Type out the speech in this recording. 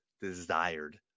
desired